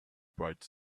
bright